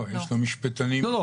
לא, יש לו את המשפטנים שלו.